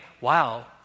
wow